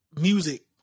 music